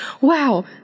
wow